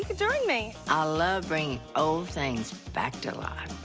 join me. i love bringing old things back to life.